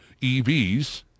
EVs